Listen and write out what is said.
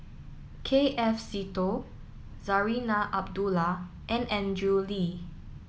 K F Seetoh Zarinah Abdullah and Andrew Lee